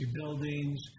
buildings